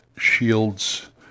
shields